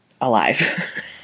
alive